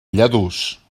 lladurs